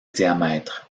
diamètre